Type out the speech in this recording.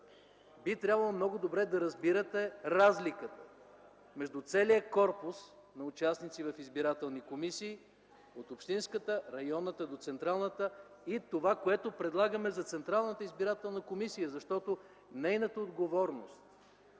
Би трябвало много добре да разбирате разликата между целия корпус от участници в избирателни комисии – от общинската, през районната, до централната, и това, което предлагаме за Централната избирателна комисия. Нейната отговорност